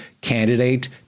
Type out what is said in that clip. candidate